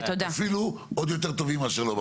אפילו עוד יותר טובים מאשר לא בפגרה.